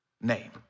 name